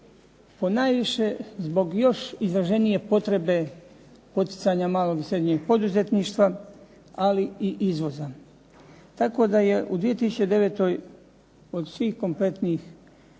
ponajviše zbog još izraženije potrebe poticanja malog i srednjeg poduzetništva, ali i izvoza. Tako da je u 2009. od svih kompletnih,